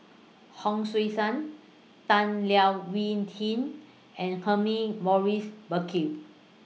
Hon Sui Sen Tan Leo Wee Hin and Humphrey Morris Burkill